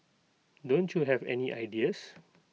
don't you have any ideas